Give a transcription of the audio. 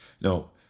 No